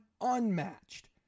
unmatched